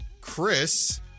Chris